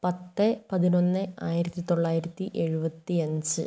പത്ത് പതിനൊന്ന് ആയിരത്തിത്തൊള്ളായിരത്തി എഴുപത്തിയഞ്ച്